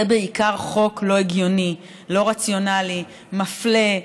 זה בעיקר חוק לא הגיוני, לא רציונלי, מפלה.